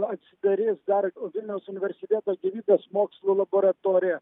atsidarys dar vilniaus universiteto gyvybės mokslų laboratorija